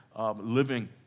Living